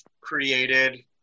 created